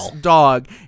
dog